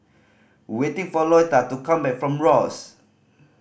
waiting for Louetta to come back from Ross